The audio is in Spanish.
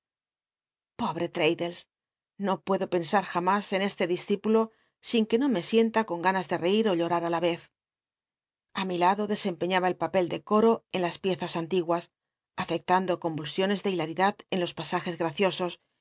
pobre traddlcs no puedo pensar jamtis en este discípulo sin que no me sienta con ga nns de cir y llonw ú la vez a mi lado desempeñaba el papel de coi'o en las piezas antiguas afectando convulsiones de hilaridad en los pa snjcs graciosos